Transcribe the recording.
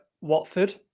Watford